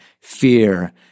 fear